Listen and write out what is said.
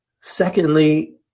Secondly